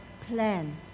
plan